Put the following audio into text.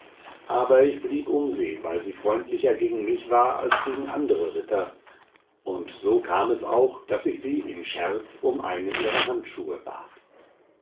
aber ich blieb um sie weil sie freundlicher gegen mich war als gegen andre ritter und so kam es auch daß ich sie im scherz um einen ihrer handschuhe bat